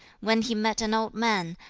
when he met an old man,